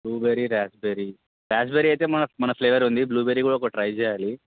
blueberry raspberry raspberry అయితే మన మన ఫ్లేవర్ ఉంది బ్లూబెర్రీ కూడా ఒకటి ట్రై చేయాలి